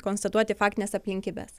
konstatuoti faktines aplinkybes